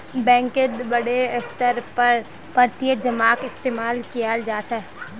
बैंकत बडे स्तरेर पर प्रत्यक्ष जमाक इस्तेमाल कियाल जा छे